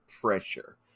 pressure